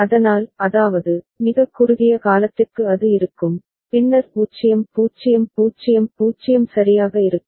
அதனால் அதாவது மிகக் குறுகிய காலத்திற்கு அது இருக்கும் பின்னர் 0 0 0 0 சரியாக இருக்கும்